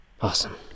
Awesome